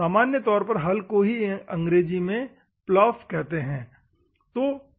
सामान्य तौर पर हल को ही अंग्रेजी में पलॉफ कहते हैं